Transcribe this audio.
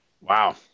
Wow